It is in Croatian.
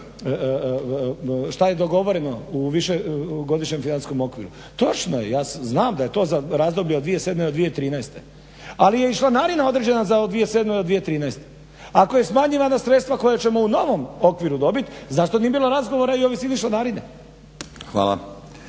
šta je dogovoreno u višegodišnjem financijskom okviru, točno je, ja znam da je to za razdoblje od 2007.do 2013., ali je i članarina određena od 2007.do 2013. Ako je smanjila ona sredstva koja ćemo u novom okviru dobiti zašto nije bilo razgovora i o visini članarine.